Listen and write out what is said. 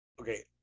okay